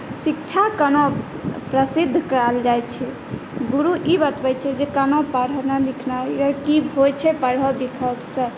शिक्षा कोना प्रसिद्ध कएल जाइ छै गुरु ई बतबै छै जे कोना पढ़नाइ लिखनाइ की होइ छै पढ़ब लिखब सब